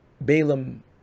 Balaam